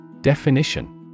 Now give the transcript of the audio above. Definition